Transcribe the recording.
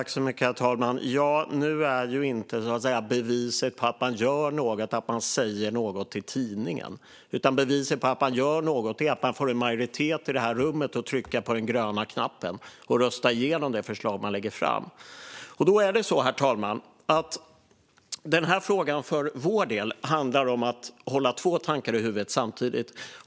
Herr talman! Nu är inte beviset på att man gör något att man säger något i tidningen. Beviset på att man gör något är att man får en majoritet i detta rum att trycka på den gröna knappen och rösta igenom det förslag man lägger fram. För vår del handlar denna fråga om att hålla två tankar i huvudet samtidigt.